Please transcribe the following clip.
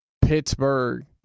Pittsburgh